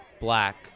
black